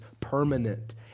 permanent